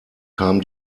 kam